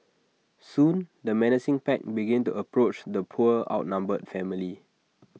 soon the menacing pack began to approach the poor outnumbered family